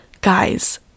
Guys